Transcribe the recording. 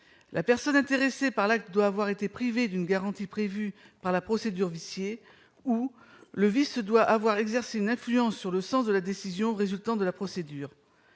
la personne intéressée par là doit avoir été privés d'une garantie prévu par la procédure viciée ou le vice doit avoir exercé une influence sur le sens de la décision résultant de la procédure,